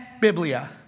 Biblia